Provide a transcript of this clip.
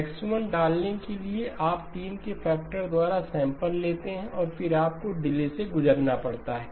X1 डालने के लिए आप 3 के फैक्टर द्वारा सैंपल लेते हैं और फिर आपको डिले से गुजरना पड़ता है